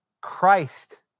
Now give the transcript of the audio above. Christ